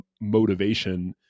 motivation